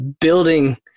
building